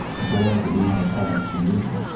boy, do we have a product for you.